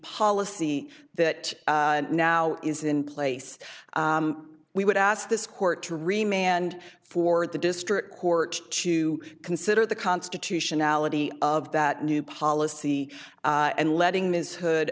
policy that now is in place we would ask this court to remain and for the district court to consider the constitutionality of that new policy and letting ms hood